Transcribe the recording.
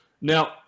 Now